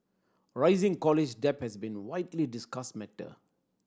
rising college debt has been widely discussed matter